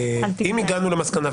אם הגענו למסקנה,